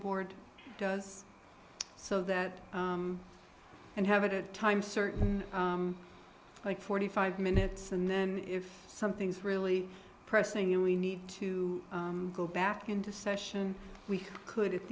board does so that and have a time certain like forty five minutes and then if something's really pressing and we need to go back into session we could at